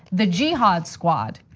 the jihad squad.